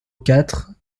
quatre